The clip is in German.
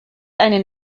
eine